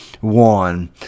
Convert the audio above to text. one